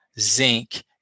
zinc